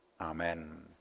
Amen